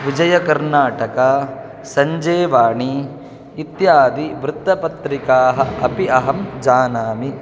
विजयकर्नाटका सञ्जयवाणी इत्यादि वृत्तपत्रिकाः अपि अहं जानामि